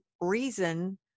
reason